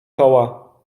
koła